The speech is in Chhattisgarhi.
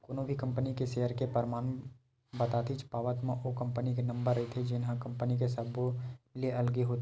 कोनो भी कंपनी के सेयर के परमान पातीच पावत म ओ कंपनी के नंबर रहिथे जेनहा ओ कंपनी के सब्बो ले अलगे होथे